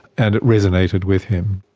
and it resonated with him.